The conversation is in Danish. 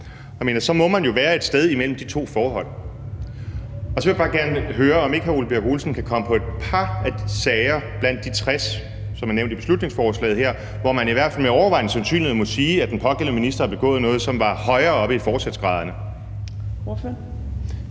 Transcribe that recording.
at man jo må være et sted imellem de to forhold. Og så vil jeg bare gerne høre, om ikke hr. Ole Birk Olesen kan komme på et par sager blandt de 60, som er nævnt i beslutningsforslaget her, hvor man i hvert fald med overvejende sandsynlighed må sige, at den pågældende minister har begået noget, som var højere oppe i forsætsgraderne. Kl.